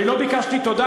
אני לא ביקשתי תודה.